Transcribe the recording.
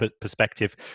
perspective